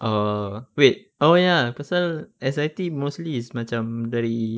oh wait oh ya pasal S_I_T mostly is macam dari